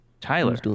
Tyler